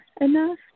enough